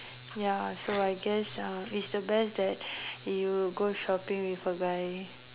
ya so I guess uh it's the best that you go shopping with a guy